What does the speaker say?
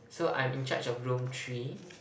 so I'm in charge of room three